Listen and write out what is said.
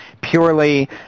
purely